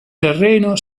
terreno